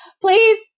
please